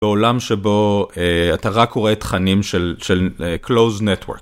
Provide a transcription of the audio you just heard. בעולם שבו אתה רק רואה תכנים של closed network.